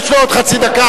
יש לו עוד חצי דקה,